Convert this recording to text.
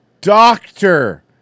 Doctor